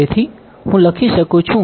તેથી હું લખી શકું છું